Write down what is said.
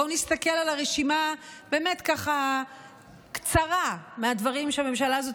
בואו נסתכל על רשימה קצרה מהדברים שהממשלה הזאת